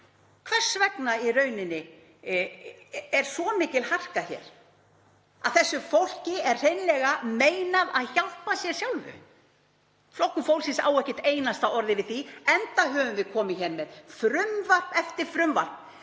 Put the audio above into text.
Hvers vegna er svo mikil harka hér að þessu fólki er hreinlega meinað að hjálpa sér sjálfu? Flokkur fólksins á ekkert einasta orð yfir því, enda höfum við komið með frumvarp eftir frumvarp